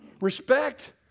Respect